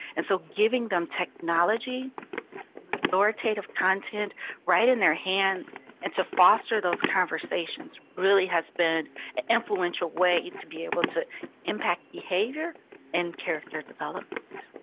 and so, giving them technology authoritative content right in their hands and to foster those conversations really has been an influential way to be able to impact behavior and character development.